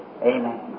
amen